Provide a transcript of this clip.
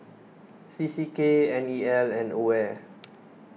C C K N E L and Aware